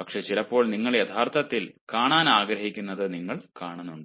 പക്ഷേ ചിലപ്പോൾ നിങ്ങൾ യഥാർത്ഥത്തിൽ കാണാൻ ആഗ്രഹിക്കുന്നത് നിങ്ങൾ കാണുന്നുണ്ടാകാം